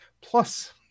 plus